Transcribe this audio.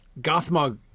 Gothmog